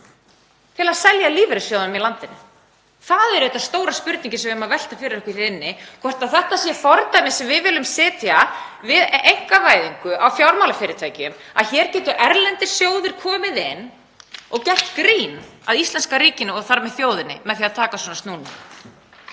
til að selja lífeyrissjóðunum í landinu. Það er stóra spurningin sem við eigum að velta fyrir okkur hér inni, hvort þetta sé fordæmi sem við viljum setja við einkavæðingu á fjármálafyrirtækjum, að hér geti erlendir sjóðir komið inn og gert grín að íslenska ríkinu og þar með þjóðinni með því að taka svona snúning.